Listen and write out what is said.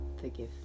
forgive